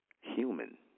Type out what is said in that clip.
human